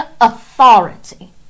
authority